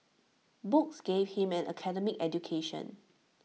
books gave him an academic education